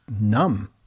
numb